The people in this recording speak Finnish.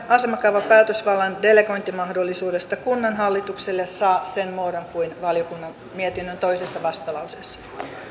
asemakaavan päätösvallan delegointimahdollisuudesta kunnanhallitukselle saa sen muodon kuin on valiokunnan mietinnön vastalauseessa